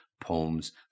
poems